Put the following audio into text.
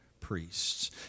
priests